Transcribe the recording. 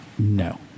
No